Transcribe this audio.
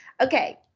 Okay